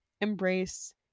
embrace